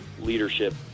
leadership